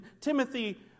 Timothy